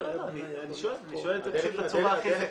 לא, אני שואל את זה בצורה הכי